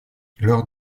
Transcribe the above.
lors